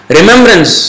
remembrance